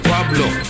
Pablo